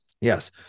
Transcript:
yes